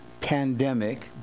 pandemic